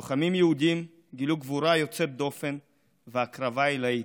לוחמים יהודים גילו גבורה יוצאת דופן והקרבה עילאית.